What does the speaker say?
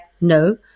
no